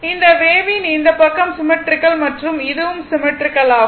இந்த வேவின் இந்த பக்கம் சிம்மெட்ரிக்கல் மற்றும் இதுவும் சிம்மெட்ரிக்கல் ஆகும்